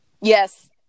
Yes